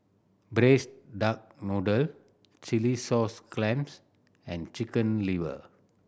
Braised Duck Noodle chilli sauce clams and Chicken Liver